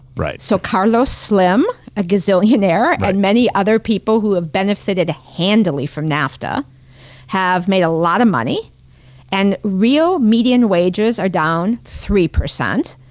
so carlos slim, a gazillionaire and many other people who have benefited handily from nafta have made a lot of money and real median wages are down three percent.